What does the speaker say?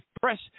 Press